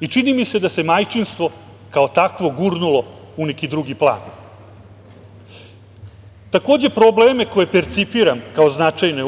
i čini mi se da se majčinstvo kao takvo gurnulo u neki drugi plan. Takođe, probleme koje percipiram kao značajne